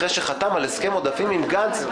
אחרי שחתם על הסכם עודפים עם גנץ,